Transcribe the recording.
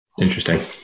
Interesting